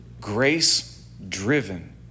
grace-driven